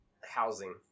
Housing